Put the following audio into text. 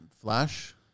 flash